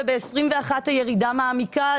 וב-2021 הירידה מעמיקה,